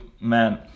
Man